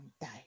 die